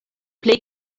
plej